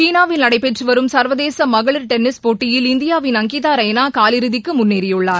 சீனாவில் நடைபெற்று வரும் சர்வதேச மகளிர் டென்னிஸ் போட்டியில் இந்தியாவின் அங்கிதா ரெய்னா காலிறுதிக்கு முன்னேறியுள்ளார்